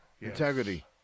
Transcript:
Integrity